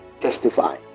Testify